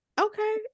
Okay